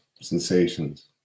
sensations